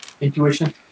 intuition